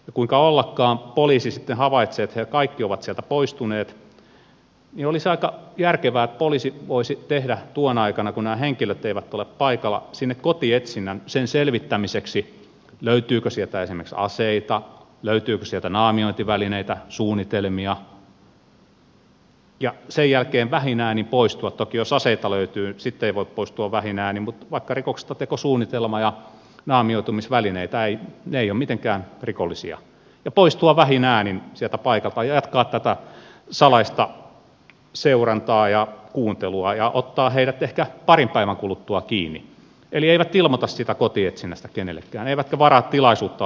ja kuinka ollakaan poliisi sitten havaitsee että he kaikki ovat sieltä poistuneet niin olisi aika järkevää että poliisi voisi tehdä tuona aikana kun nämä henkilöt eivät ole paikalla sinne kotietsinnän sen selvittämiseksi löytyykö sieltä esimerkiksi aseita löytyykö sieltä naamiointivälineitä suunnitelmia ja sen jälkeen voisi vähin äänin poistua toki jos aseita löytyy sitten ei voi poistua vähin äänin mutta vaikka rikoksentekosuunnitelma ja naamioitumisvälineitä ne eivät ole mitenkään rikollisia sieltä paikalta ja jatkaa tätä salaista seurantaa ja kuuntelua ja ottaa heidät ehkä parin päivän kuluttua kiinni eli he eivät ilmoita siitä kotietsinnästä kenellekään eivätkä varaa tilaisuutta olla siellä läsnä